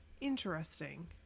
Interesting